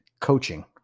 coaching